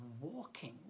walking